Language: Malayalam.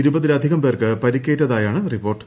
ഇരുപതിലധികം പേർക്ക് പരിക്കേറ്റതായാണ് റിപ്പോർട്ട്